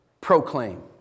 proclaim